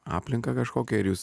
aplinką kažkokią ir jūs